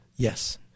Yes